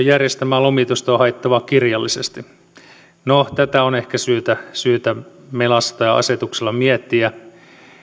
järjestämää lomitusta on haettava kirjallisesti no tätä on ehkä syytä syytä melassa tai asetuksella miettiä